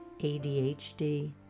ADHD